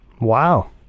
wow